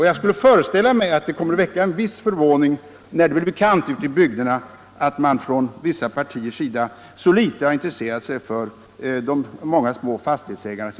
Jag skulle föreställa mig att det kommer att väcka en viss förvåning när det blir bekant ute i bygderna att vissa partier så litet intresserat sig för de många små fastighetsägarna.